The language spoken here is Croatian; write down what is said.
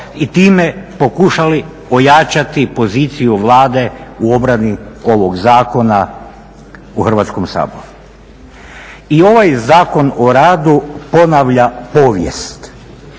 i time pokušali ojačati poziciju Vlade u obrani ovog Zakona u Hrvatskom saboru. I ovaj Zakon o radu ponavlja povijest,